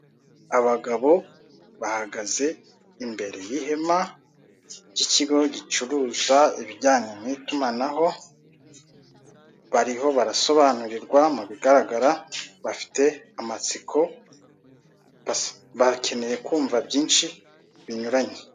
Abagabo bahagaze imbere y'ihema ry'ikigo giciruza ibijyanye n'itumanaho bariho barasobanurirwa mubigaragara bafite amatsiko bakeneye kumva byinshi binyuranye.